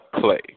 play